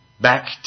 Back